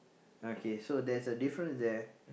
okay so there's a difference there